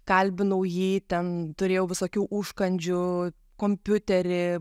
kalbinau jį ten turėjau visokių užkandžių kompiuterį